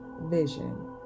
vision